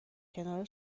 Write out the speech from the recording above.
کنار